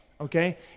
okay